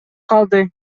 калды